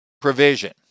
provision